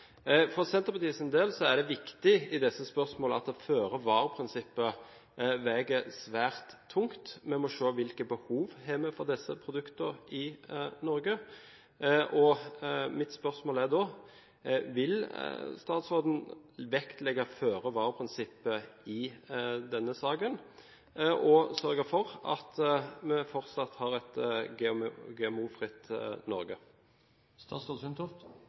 For Senterpartiets del er det viktig i disse spørsmålene at føre-var-prinsippet veier svært tungt. Vi må se på hvilke behov vi har for disse produktene i Norge. Mitt spørsmål er da: Vil statsråden vektlegge føre-var-prinsippet i denne saken og sørge for at vi fortsatt har et